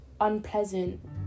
unpleasant